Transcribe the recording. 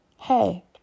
Hey